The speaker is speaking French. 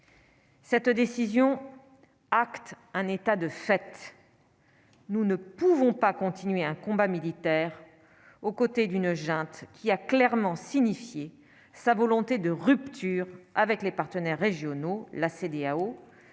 Cette décision, acte un état de fait, nous ne pouvons pas continuer un combat militaire aux côtés d'une junte qui a clairement signifié sa volonté de rupture avec les partenaires régionaux, la CEDEAO